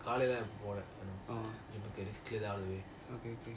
uh okay